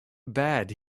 bad